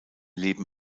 leben